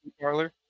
parlor